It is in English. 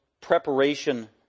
preparation